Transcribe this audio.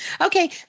Okay